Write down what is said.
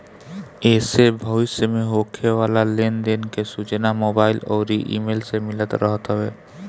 एसे भविष्य में होखे वाला लेन देन के सूचना मोबाईल अउरी इमेल से मिलत रहत हवे